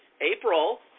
April